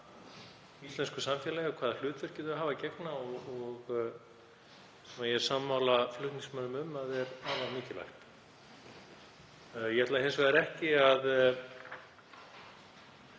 íslensku samfélagi og hvaða hlutverki þau hafa að gegna, og ég er sammála flutningsmanni um að það er afar mikilvægt. Ég ætla hins vegar ekki að